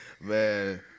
Man